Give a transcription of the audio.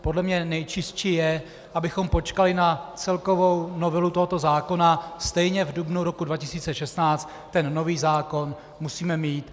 Podle mě nejčistší je, abychom počkali na celkovou novelu tohoto zákona, stejně v dubnu 2016 nový zákon musíme mít.